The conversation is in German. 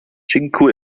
chișinău